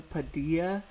Padilla